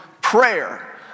prayer